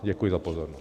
Děkuji za pozornost.